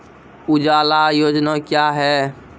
उजाला योजना क्या हैं?